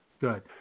Good